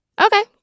Okay